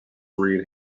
reed